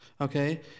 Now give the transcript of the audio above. Okay